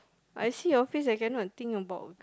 I see your face I cannot think about